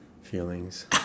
feelings